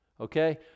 okay